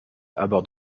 abordent